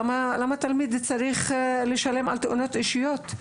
למה תלמיד צריך לשלם על תאונות אישיות?